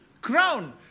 crown